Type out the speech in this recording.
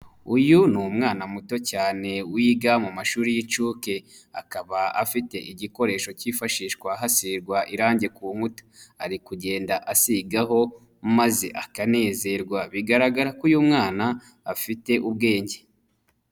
Uyu ni umwana muto cyane wiga mu mashuri y'incuke, akaba afite igikoresho cyifashishwa hasigwa irangi ku nkuta, ari kugenda asigaho maze akanezerwa, bigaragara ko uyu mwana afite ubwenge.